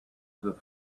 through